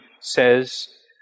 says